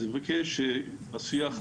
אז אני מבקש בשיח,